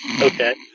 okay